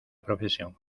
profesión